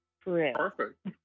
Perfect